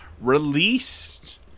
released